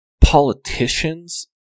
politicians